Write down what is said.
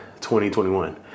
2021